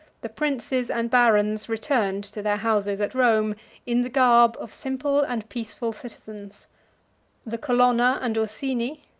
the princes and barons returned to their houses at rome in the garb of simple and peaceful citizens the colonna and ursini,